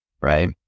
Right